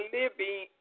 living